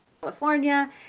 California